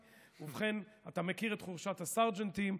ובכן, אתה מכיר את חורשת הסרג'נטים.